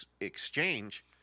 exchange